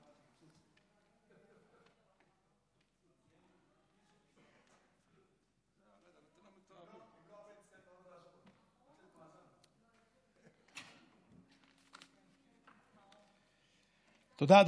תודה.